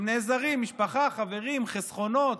הם נעזרים, משפחה, חברים, חסכונות.